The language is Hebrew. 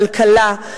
בכלכלה,